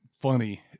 funny